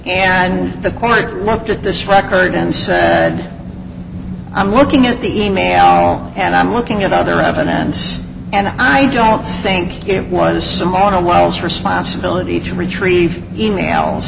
and the court looked at this record and said i'm looking at the e mail and i'm looking at other evidence and i don't think it was some on a whilst responsibility to retrieve e mails